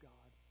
God